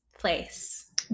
place